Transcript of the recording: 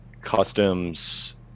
customs